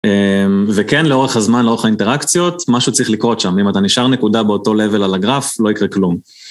וכן, לאורך הזמן, לאורך האינטראקציות, משהו צריך לקרות שם. אם אתה נשאר נקודה באותו לבל על הגרף, לא יקרה כלום.